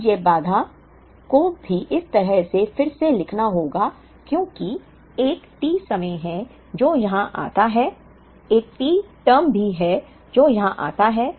अब इस बाधा को भी इस तरह से फिर से लिखना होगा क्योंकि एक T समय है जो यहां आता है एक T टर्म भी है जो यहां आता है